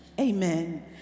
amen